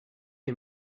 you